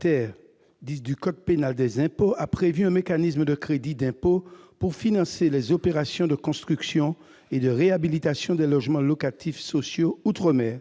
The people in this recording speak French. X du code général des impôts prévoit un mécanisme de crédit d'impôt destiné à financer les opérations de construction et de réhabilitation des logements locatifs sociaux outre-mer.